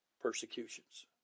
persecutions